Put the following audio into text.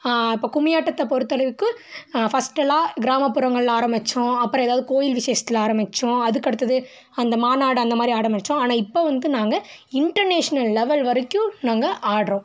இப்போ கும்மி ஆட்டத்தை பொறுத்த அளவுக்கு ஃபஸ்ட்டெல்லாம் கிராமப்புறங்களில் ஆரம்பித்தோம் அப்புறம் எதாவது கோவில் விஷேசத்தில் ஆரம்பித்தோம் அதுக்கடுத்தது அந்த மாநாடு அந்த மாதிரி ஆரம்பித்தோம் ஆனால் இப்போது வந்து நாங்கள் இன்டர்நேஷ்னல் லெவல் வரைக்கும் நாங்கள் ஆடுறோம்